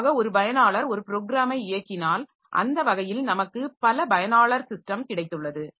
பொதுவாக ஒரு பயனாளர் ஒரு ப்ரோக்கிராமை இயக்கினால் அந்த வகையில் நமக்கு பல பயனாளர் சிஸ்டம் கிடைத்துள்ளது